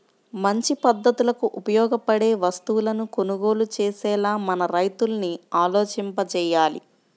మంచి పద్ధతులకు ఉపయోగపడే వస్తువులను కొనుగోలు చేసేలా మన రైతుల్ని ఆలోచింపచెయ్యాలి